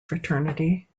fraternity